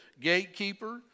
gatekeeper